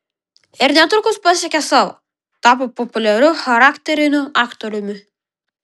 ir netrukus pasiekė savo tapo populiariu charakteriniu aktoriumi